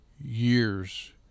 years